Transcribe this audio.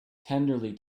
tenderly